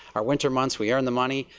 our winter months we earn the money.